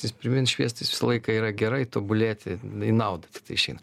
žingsnis pirmyn šviestis visą laiką yra gerai tobulėti į naudą tik tai išeina